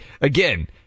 again